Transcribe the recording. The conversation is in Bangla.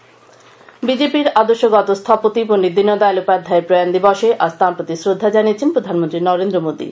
দীনদয়াল উপাধ্যায় বিজেপি র আদর্শগত স্থপতি পন্ডিত দীনদয়াল উপাধ্যায়ের প্রয়াণ দিবসে আজ তাঁর প্রতি শ্রদ্ধা জানিয়েছেন প্রধানমন্ত্রী নরেন্দ্র মোদি